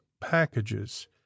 packages